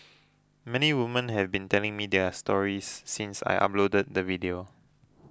many women have been telling me their stories since I uploaded the video